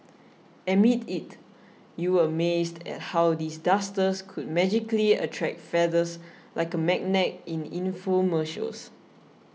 admit it you were amazed at how these dusters could magically attract feathers like a magnet in the infomercials